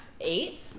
eight